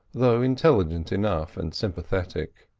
though intelligent enough and sympathetic.